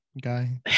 guy